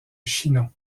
chinon